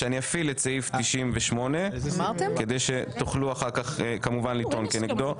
שאני אפעיל את סעיף 98 כדי שתוכלו אחר כך כמובן לטעון כנגדו.